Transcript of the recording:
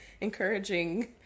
Encouraging